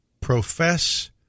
profess